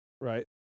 right